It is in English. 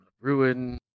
Ruin